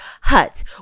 huts